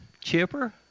chipper